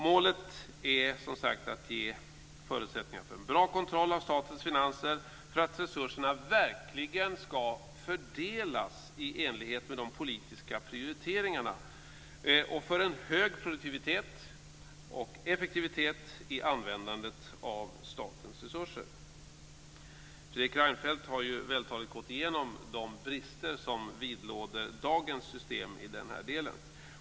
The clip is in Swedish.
Målet är som sagt att ge förutsättningar för en bra kontroll av statens finanser för att resurserna verkligen ska fördelas i enlighet med de politiska prioriteringarna och för en hög produktivitet och effektivitet i användandet av statens resurser. Fredrik Reinfeldt har ju vältaligt gått igenom de brister som vidlåder dagens system i denna del.